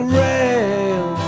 rail